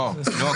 לא.